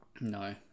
No